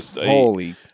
Holy